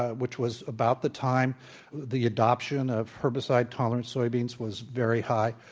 ah which was about the time the adoption of herbicide tolerant soybeans was very high.